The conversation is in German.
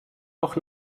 auch